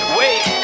wait